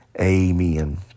Amen